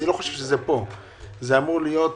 אני לא חושב שזה אמור להית